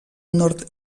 nord